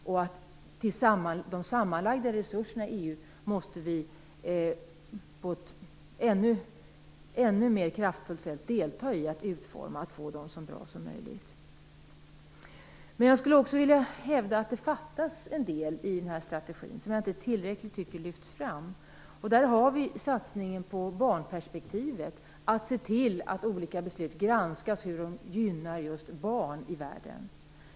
Vi måste på ett ännu mer kraftfullt sätt delta i utformningen av de sammanlagda resurserna för att få dem så bra som möjligt. Jag skulle också vilja hävda att det fattas en del i den här strategin som inte tillräckligt lyfts fram. Där har vi satsningen på barnperspektivet, att se till att olika beslut granskas med utgångspunkt från hur de gynnar just barn i världen.